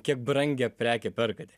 kiek brangią prekę perkate